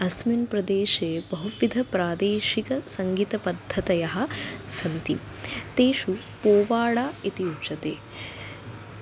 अस्मिन् प्रदेशे बहुविधप्रादेशिकसङ्गीतपद्धतयः सन्ति तेषु पोवाडा इति उच्यते